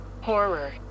horror